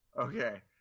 Okay